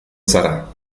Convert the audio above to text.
sarà